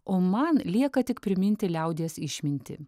o man lieka tik priminti liaudies išmintį